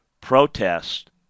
protest